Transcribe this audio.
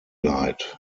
leid